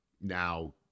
now